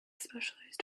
specialized